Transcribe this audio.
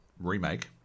Remake